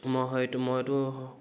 মই হয়তো মইতো